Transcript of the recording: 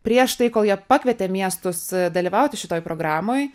prieš tai kol jie pakvietė miestus dalyvauti šitoj programoj